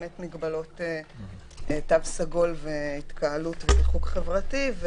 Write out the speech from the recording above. ממגבלות תו סגול, התקהלות וריחוק חברתי.